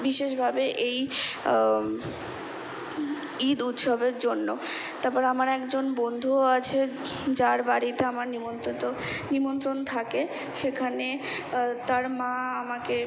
বিশেষভাবে এই ঈদ উৎসবের জন্য তারপর আমার একজন বন্ধুও আছে যার বাড়িতে আমার নিমন্ত্রিত নিমন্ত্রণ থাকে সেখানে তার মা আমাকে